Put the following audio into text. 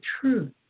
truth